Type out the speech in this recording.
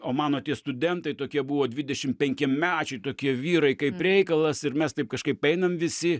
o mano tie studentai tokie buvo dvidešim penkiamečiai tokie vyrai kaip reikalas ir mes taip kažkaip einam visi